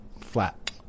flat